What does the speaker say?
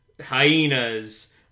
hyenas